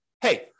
hey